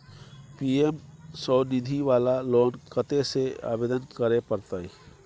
PM Svanidhi वाला loan कत्ते से आवेदन करे परतै?